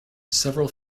several